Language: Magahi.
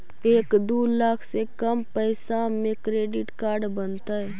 एक दू लाख से कम पैसा में क्रेडिट कार्ड बनतैय?